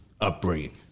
upbringing